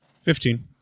fifteen